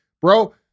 Bro